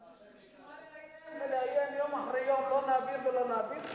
אז בשביל מה לאיים ולאיים יום אחרי יום: לא נעביר ולא נעביר,